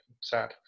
Sad